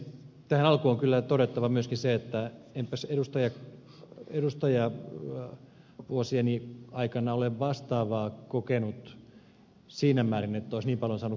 tähän alkuun on kyllä todettava myöskin se että enpäs edustajavuosieni aikana ole vastaavaa kokenut siinä määrin että olisi niin paljon saanut kansalaispalautetta